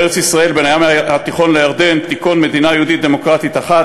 בארץ-ישראל בין הים התיכון לירדן תיכון מדינה יהודית דמוקרטית אחת,